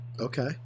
Okay